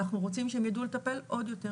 אנחנו רוצים שהם יידעו לטפל עוד יותר,